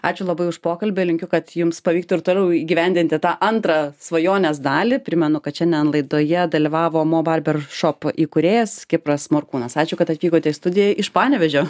ačiū labai už pokalbį linkiu kad jums pavyktų ir toliau įgyvendinti tą antrą svajonės dalį primenu kad šiandien laidoje dalyvavo mo barber shop įkūrėjas kipras morkūnas ačiū kad atvykote į studiją iš panevėžio